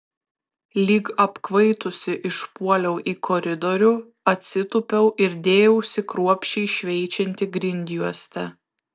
lyg apkvaitusi išpuoliau į koridorių atsitūpiau ir dėjausi kruopščiai šveičianti grindjuostę